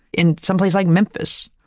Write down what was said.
in someplace like memphis.